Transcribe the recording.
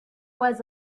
was